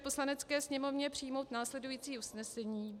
Poslanecké sněmovně přijmout následující usnesení: